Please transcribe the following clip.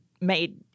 made